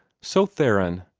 so theron,